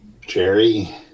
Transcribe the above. Jerry